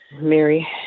Mary